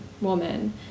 woman